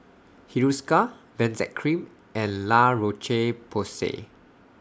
Hiruscar Benzac Cream and La Roche Porsay